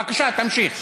בבקשה, תמשיך.